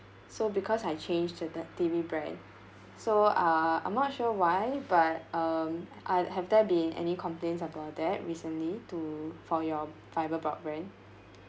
so because I changed to that T_V brand so uh I'm not sure why but um I have there been any complaints about that recently to for your fiber broadband